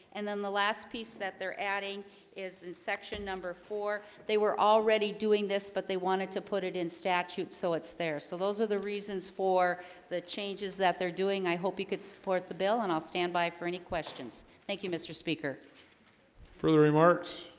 and then the last piece that they're adding is the section number for they were already doing this, but they wanted to put it in statute so it's there so those are the reasons for the changes that they're doing i hope you could support the bill and i'll stand by for any questions thank you mr. speaker for the remarks